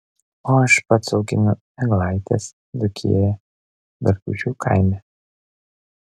o aš pats auginu eglaites dzūkijoje dargužių kaime